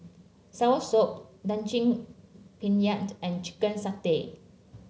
soursop Daging Penyet and Chicken Satay